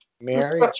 Mary